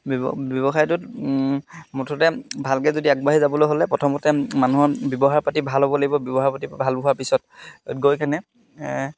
ব্যৱ ব্যৱসায়টোত মুঠতে ভালকৈ যদি আগবাঢ়ি যাবলৈ হ'লে প্ৰথমতে মানুহৰ ব্যৱহাৰ পাতি ভাল হ'ব লাগিব ব্যৱহাৰ পাতি ভাল হোৱাৰ পিছত গৈ কেনে